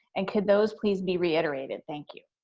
and could those please be reiterated? thank you.